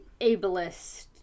ableist